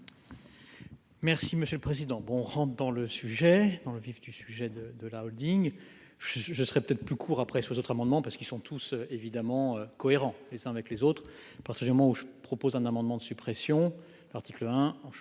Merci Monsieur le Président bon rentre dans le sujet dans le vif du sujet de de la Holding. Je serais peut-être plus court après c'est aux autres amendements parce qu'ils sont tous évidemment cohérent et sans avec les autres partir du moment où je propose un amendement de suppression. L'article 1 an je